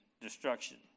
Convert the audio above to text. destruction